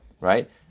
right